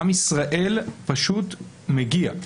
עם ישראל פשוט מגיע.